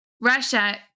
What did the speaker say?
Russia